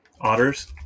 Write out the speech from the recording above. Otters